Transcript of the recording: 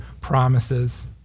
promises